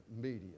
media